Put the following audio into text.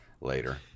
later